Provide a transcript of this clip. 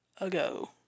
ago